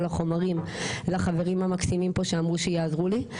החומרים לחברים המקסימים פה שאמרו שיעזרו לי.